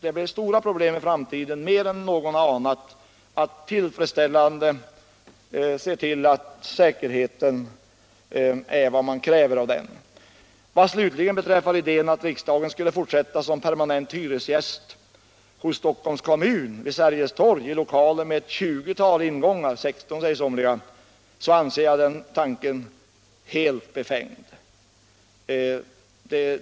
Det blir stora problem i framtiden, större än någon har anat, att tillfredsställande se till att säkerheten blir vad man kräver. Vad slutligen beträffar idén att riksdagen skulle fortsätta som permanent hyresgäst hos Stockholms kommun vid Sergels torg i lokaler med ett tjugotal ingångar — 16 säger en del — anser jag den tanken helt befängd.